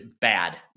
bad